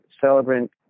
celebrant